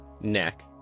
neck